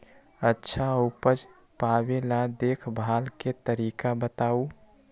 अच्छा उपज पावेला देखभाल के तरीका बताऊ?